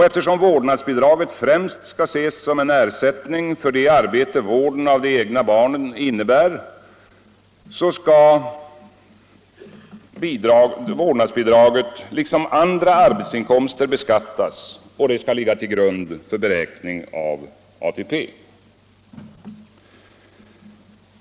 Eftersom vårdnadsbidraget främst skall ses som en ersättning för det arbete vården av de egna barnen innebär skall vårdnadsbidraget liksom andra arbetsinkomster beskattas, och det skall ligga till grund för beräkning av ATP.